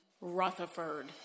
Rutherford